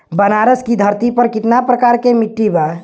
बनारस की धरती पर कितना प्रकार के मिट्टी बा?